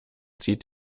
zieht